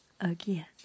again